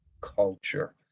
culture